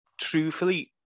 truthfully